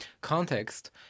context